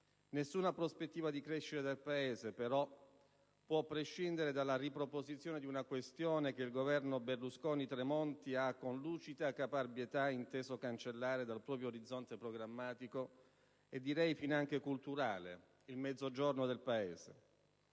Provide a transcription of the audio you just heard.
Nessuna prospettiva di crescita del Paese, però, può prescindere dalla riproposizione di una questione che il Governo Berlusconi-Tremonti ha, con lucida caparbietà, inteso cancellare dal proprio orizzonte programmatico e, direi, finanche culturale: il Mezzogiorno del Paese.